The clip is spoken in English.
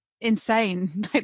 insane